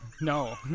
no